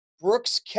Brooks